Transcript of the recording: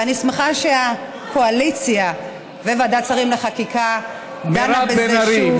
ואני שמחה שהקואליציה וועדת השרים לחקיקה דנה בזה שוב,